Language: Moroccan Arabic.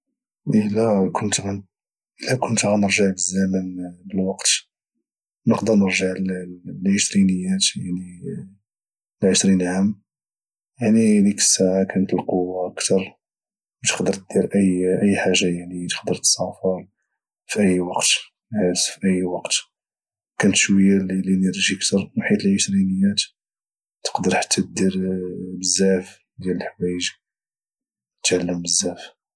الى كنت غنرجع بالزمن بالوقت نقدر نرجع للعشرينيات يعني لعشرين عام يعني ديك الساعة كانت القوة كتر وتقدر دير اي حاجة يعني تقدر تسافر في اي وقت تنعس في اي وقت كانت شوية لينيرجي كتر وحيت العشرينيات تقدر حتى دير بزاف ديال الحوايج وتعلم بزاف